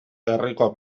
herriko